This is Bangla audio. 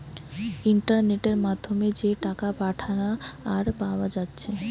ইন্টারনেটের মাধ্যমে যে টাকা পাঠানা আর পায়া যাচ্ছে